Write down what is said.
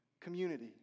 Community